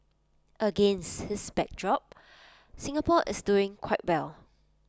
against this backdrop Singapore is doing quite well